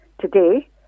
Today